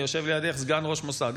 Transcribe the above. יושב לידך סגן ראש המוסד.